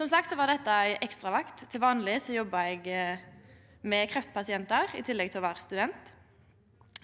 Som sagt var dette ei ekstravakt. Til vanleg jobbar eg med kreftpasientar i tillegg til å vera student.